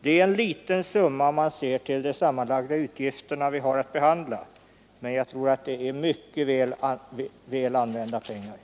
Det är en liten summa om man ser till de sammanlagda utgifter som vi har att behandla, men jag tror att det är mycket väl använda pengar.